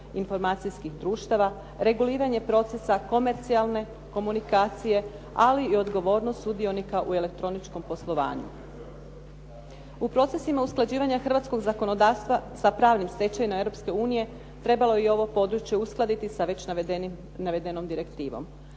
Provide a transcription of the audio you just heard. informacijskih društava, reguliranje procesa komercijalne komunikacije ali i odgovornost sudionika u elektroničkom poslovanju. U procesima usklađivanja hrvatskog zakonodavstva sa pravnim stečevinama Europske unije trebalo je i ovo područje uskladiti sa već navedenom direktivom.